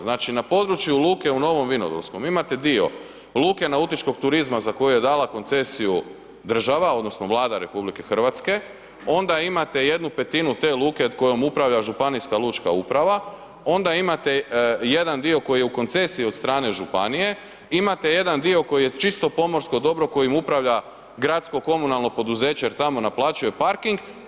Znači na području luke u Novom Vinodolskom imate dio luke nautičkog turizma za koji je dala koncesiju država odnosno Vlada RH onda imate 1/5 te luke kojom upravlja županijska lučka uprava, onda imate jedan dio koji je u koncesiji od strane županije, imate jedan dio koji je čisto pomorsko dobro kojim upravlja gradsko komunalno poduzeće jer tamo naplaćuje parking.